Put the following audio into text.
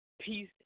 Peace